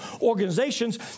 organizations